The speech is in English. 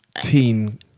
teen